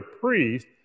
priest